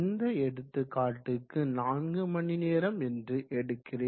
இந்த எடுத்துக்காட்டுக்கு 4 மணிநேரம் என்று எடுக்கிறேன்